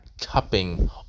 cupping